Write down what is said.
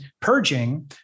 purging